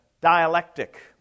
dialectic